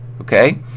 Okay